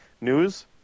news